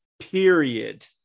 period